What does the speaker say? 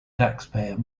taxpayer